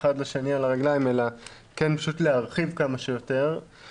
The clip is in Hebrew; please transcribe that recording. אחד לשני על הרגליים אלא כן פשוט להרחיב כמה שיותר,